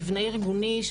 מבנה ארגוני,